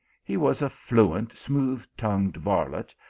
he was a fluent, smooth-tongued varlet,